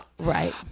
Right